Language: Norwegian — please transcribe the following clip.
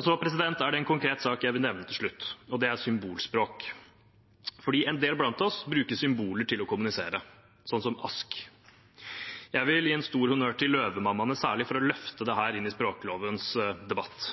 Så er det en konkret sak jeg vil nevne til slutt, og det er symbolspråk. En del blant oss bruker symboler til å kommunisere, sånn som ASK. Jeg vil gi en stor honnør til Løvemammaene særlig for å løfte dette inn i språklovens debatt.